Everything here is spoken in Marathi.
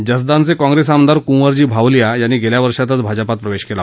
जसदानचे काँप्रेस आमदार कुंवरजी भावलीया यांनी गेल्या वर्षातच भाजपा प्रवेश केला